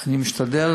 אני משתדל,